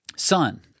Son